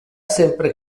sempre